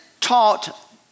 taught